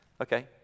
okay